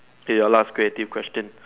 okay your last creative question